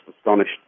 astonished